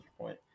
point